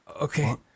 Okay